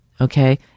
okay